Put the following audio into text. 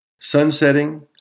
Sunsetting